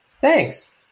thanks